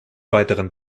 weiteren